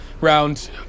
round